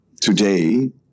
today